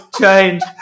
change